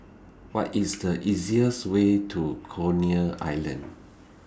What IS The easiest Way to Coney Island